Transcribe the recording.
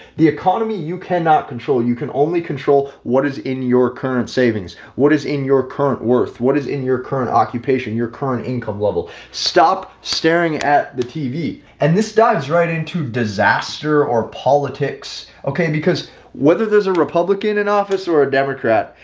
the economy you cannot control you can only control what is in your current savings. what is in your current worth, what is in your current occupation, your current income level, stop staring at the tv and this dives right into disaster or politics, okay, because whether there's a republican in office or a democrat,